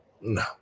No